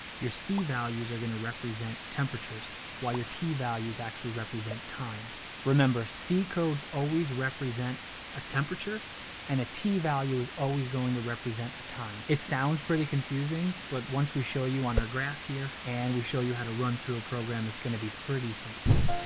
your c values are gonna represent temperatures while your t values actually represent times. remember c codes always represent a temperature and a t value is always going to represent the time. it sounds pretty confusing but once we show you on our graph here and we show you how to run through a program that's gonna be pretty simple.